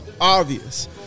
obvious